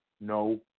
no